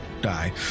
die